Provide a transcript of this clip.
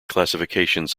classifications